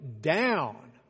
down